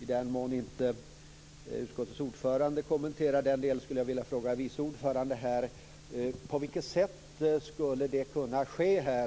I den mån inte utskottets ordförande kommenterar den delen skulle jag vilja fråga vice ordföranden på vilket sätt det skulle kunna ske.